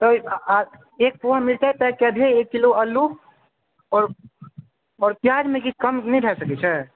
तऽ एक पौआ मिरचाइ पैक कऽ दहक एक किलो आओर प्याजमे किछु कम नहि भऽ सकै छै